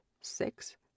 six